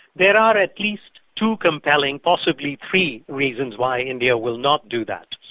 there are at least two compelling, possibly three, reasons why india will not do that.